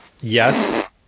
yes